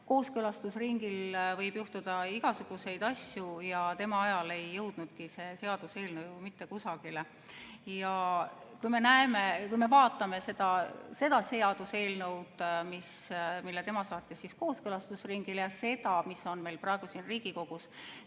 kooskõlastusringil võib juhtuda igasuguseid asju. Tema ajal ei jõudnudki see seaduseelnõu mitte kusagile. Kui me vaatame seda seaduseelnõu, mille tema saatis kooskõlastusringile, ja seda, mis on praegu siin Riigikogus,